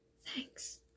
Thanks